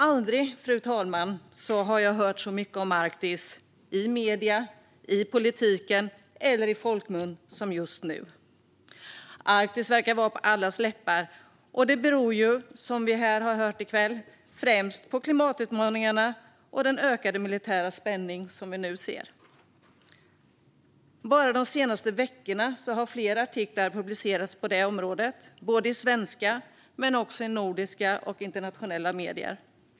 Aldrig, fru talman, har jag hört så mycket om Arktis i medierna, i politiken eller i folkmun som just nu. Arktis verkar vara på allas läppar, och det beror som vi har hört i kväll främst på klimatutmaningarna och den ökade militära spänning vi nu ser. Bara de senaste veckorna har flera artiklar publicerats på området i svenska, nordiska och internationella medier.